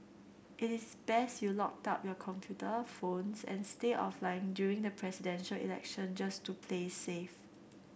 it is best you locked up your computer phones and stay offline during the Presidential Election just to play safe